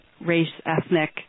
race-ethnic